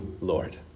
Lord